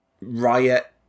Riot